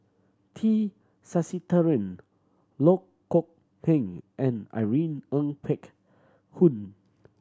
T Sasitharan Loh Kok Heng and Irene Ng Phek Hoong